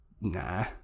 Nah